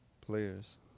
players